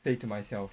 say to myself